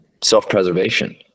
self-preservation